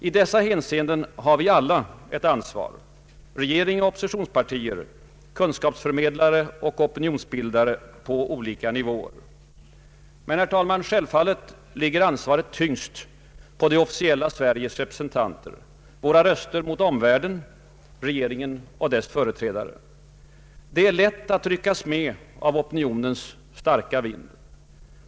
I dessa hänseenden har vi alla ett ansvar — regering och oppositionspartier, kunskapsförmedlare och opinionsbildare på olika nivåer. Men, herr talman, självfallet ligger ansvaret tyngst på det officiella Sveriges representanter, våra röster mot omvärlden, regeringen och dess företrädare. Det är lätt att ryckas med av opinionens starka vind.